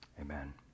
Amen